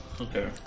Okay